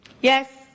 Yes